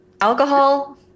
alcohol